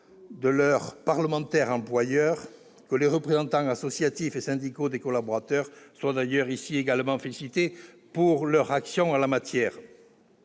par leur « parlementaire-employeur ». Que les représentants associatifs et syndicaux des collaborateurs soient d'ailleurs également félicités pour leurs actions en la matière.